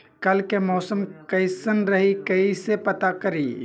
कल के मौसम कैसन रही कई से पता करी?